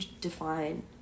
define